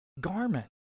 garment